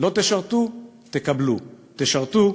לא תשרתו, תקבלו, תשרתו,